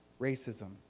racism